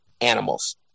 animals